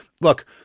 look